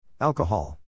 Alcohol